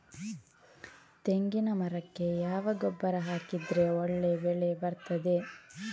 ತೆಂಗಿನ ಮರಕ್ಕೆ ಯಾವ ಗೊಬ್ಬರ ಹಾಕಿದ್ರೆ ಒಳ್ಳೆ ಬೆಳೆ ಬರ್ತದೆ?